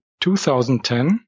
2010